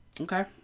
Okay